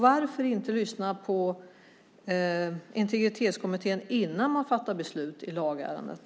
Varför inte lyssna på Integritetsskyddskommittén innan man fattar beslut i lagärendet?